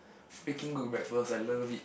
freaking good breakfast I love it